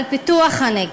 על פיתוח הנגב.